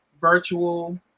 virtual